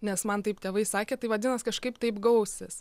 nes man taip tėvai sakė tai vadinas kažkaip taip gausis